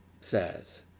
says